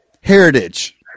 heritage